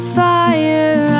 fire